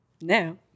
now